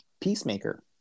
Peacemaker